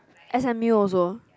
s_m_u also